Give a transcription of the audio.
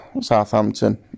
southampton